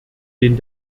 den